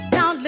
Now